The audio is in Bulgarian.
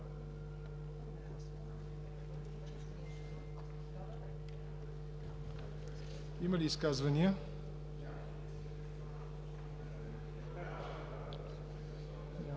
Има ли изказвания?